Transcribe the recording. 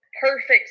perfect